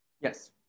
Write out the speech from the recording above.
Yes